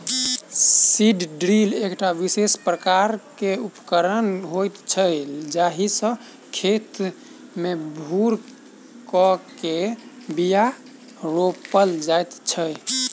seed drill एकटा विशेष प्रकारक उपकरण होइत छै जाहि सॅ खेत मे भूर क के बीया रोपल जाइत छै